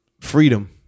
freedom